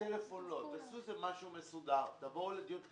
תעשו משהו מסודר, תבואו לדיון.